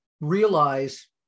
realize